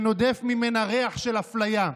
שנודף ממנה ריח של אפליה,